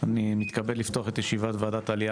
אני מתכבד לפתוח את ישיבת ועדת העלייה,